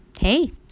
Hey